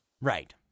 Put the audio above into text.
Right